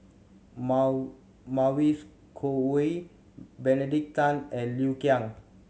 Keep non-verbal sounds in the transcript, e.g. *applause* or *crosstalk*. *unintelligible* Mavis Khoo Oei Benedict Tan and Liu Kang